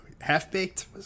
Half-baked